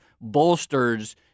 bolsters